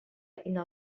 إلى